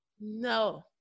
No